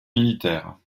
militaire